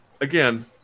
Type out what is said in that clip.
again